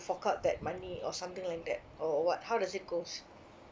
fork out that money or something like that or what how does it goes